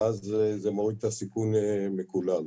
וזה מוריד את הסיכון מכולם.